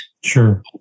Sure